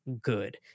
good